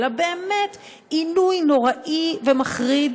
אלא באמת עינוי נוראי ומחריד